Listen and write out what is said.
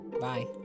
Bye